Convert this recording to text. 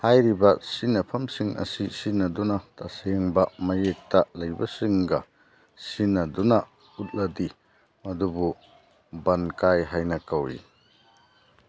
ꯍꯥꯏꯔꯤꯕ ꯁꯤꯖꯤꯟꯅꯐꯝꯁꯤꯡ ꯑꯁꯤ ꯁꯤꯖꯤꯟꯅꯗꯨꯅ ꯇꯁꯦꯡꯕ ꯃꯌꯦꯡꯇ ꯂꯩꯕꯁꯤꯡꯒ ꯁꯤꯖꯤꯟꯅꯗꯨꯅ ꯎꯠꯂꯗꯤ ꯃꯗꯨꯕꯨ ꯕꯟ ꯀꯥꯏ ꯍꯥꯏꯅ ꯀꯧꯏ